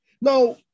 Now